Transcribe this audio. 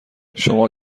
شما